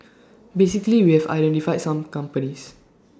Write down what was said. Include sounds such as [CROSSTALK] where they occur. [NOISE] basically we have identified some companies